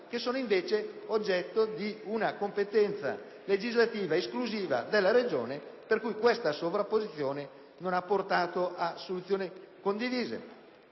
oggetto, invece, di una competenza legislativa esclusiva della Regione; pertanto, questa sovrapposizione non ha portato a soluzioni condivise.